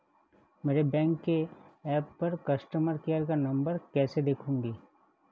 मैं बैंक के ऐप पर कस्टमर केयर का नंबर कैसे देखूंगी?